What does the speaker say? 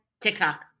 TikTok